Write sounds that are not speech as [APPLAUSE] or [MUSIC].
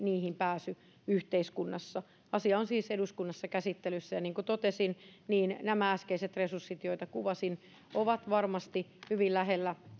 [UNINTELLIGIBLE] niihin pääsy yhteiskunnassa asia on siis eduskunnassa käsittelyssä ja niin kuin totesin nämä äskeiset resurssit joita kuvasin ovat varmasti hyvin lähellä